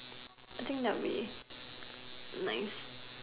I think that would be nice